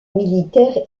militaire